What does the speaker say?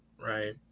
Right